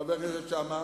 חבר הכנסת שאמה,